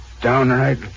downright